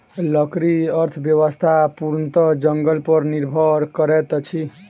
लकड़ी अर्थव्यवस्था पूर्णतः जंगल पर निर्भर करैत अछि